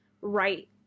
right